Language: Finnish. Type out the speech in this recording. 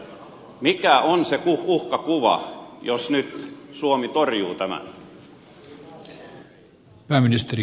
mikä on se uhkakuva jos nyt suomi torjuu tämän